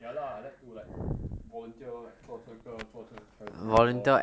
ya lah I like to like volunteer like 做这个做 charity lor